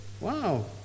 Wow